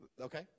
Okay